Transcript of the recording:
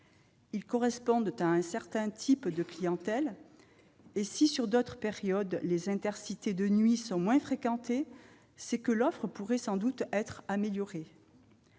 Ils correspondent à un certain type de clientèle. Si, sur d'autres périodes, les Intercités de nuit sont moins fréquentés, c'est que l'offre pourrait sans doute être améliorée.